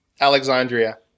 Alexandria